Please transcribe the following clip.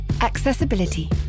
Accessibility